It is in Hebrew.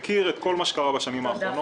אני מכיר את כל מה שקרה בשנים האחרונות.